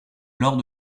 lors